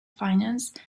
finance